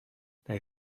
they